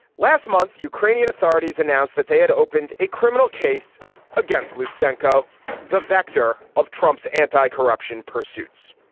last month ukrainian authorities announced that they had opened a criminal case against loot sankoh the vector of trump's anti-corruption pursuits.